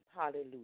Hallelujah